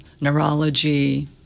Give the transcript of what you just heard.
neurology